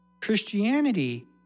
Christianity